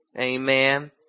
Amen